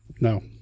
No